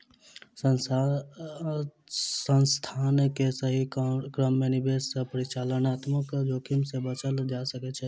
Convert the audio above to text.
संस्थान के सही क्रम में निवेश सॅ परिचालनात्मक जोखिम से बचल जा सकै छै